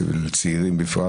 לצעירים בפרט.